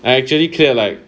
I actually clear like